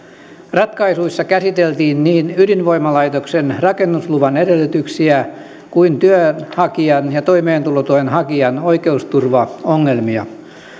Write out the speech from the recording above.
ratkaisuissa käsiteltiin niin ydinvoimalaitoksen rakennusluvan edellytyksiä kuin työnhakijan ja toimeentulotuen hakijan oikeusturvaongelmia